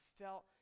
felt